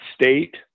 state